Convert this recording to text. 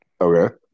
Okay